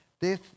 death